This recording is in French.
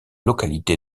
localité